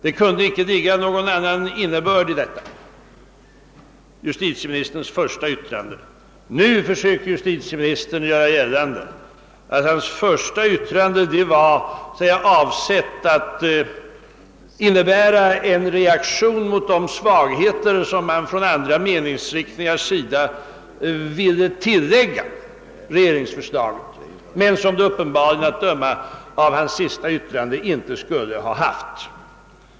— Det kunde icke ligga någon annan innebörd i detta justitieministerns första yttrande. Nu försökte justitieministern göra gällande, att hans första yttrande var avsett att uttrycka en reaktion mot de svagheter som andra meningsriktningar ville tillägga regeringsförslaget men som detta — enligt hans senaste inlägg — inte skulle ha haft.